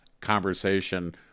conversation